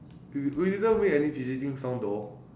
if you do this one won't have any fidgeting sound though